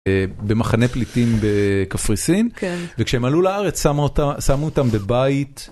במחנה פליטים בקפריסין, וכשהם עלו לארץ שמו אותם בבית.